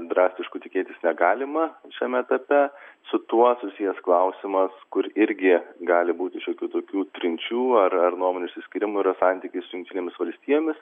drastiškų tikėtis negalima šiame etape su tuo susijęs klausimas kur irgi gali būti šiokių tokių trinčių ar ar nuomonių išsiskyrimų yra santykiai su jungtinėmis valstijomis